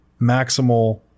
maximal